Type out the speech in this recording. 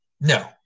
no